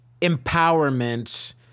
empowerment